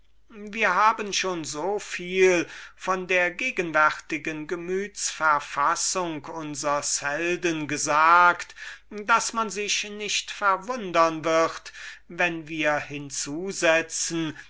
wir haben schon so viel von der gegenwärtigen gemütsverfassung unsers helden gesagt daß man sich nicht verwundern wird wenn wir